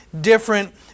different